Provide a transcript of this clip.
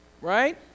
right